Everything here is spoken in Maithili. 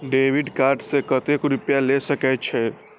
डेबिट कार्ड से कतेक रूपया ले सके छै?